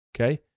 okay